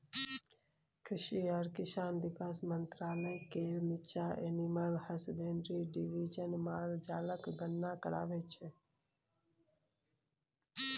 कृषि आ किसान बिकास मंत्रालय केर नीच्चाँ एनिमल हसबेंड्री डिबीजन माल जालक गणना कराबै छै